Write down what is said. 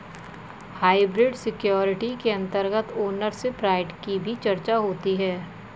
hybrid security के अंतर्गत ownership right की भी चर्चा होती है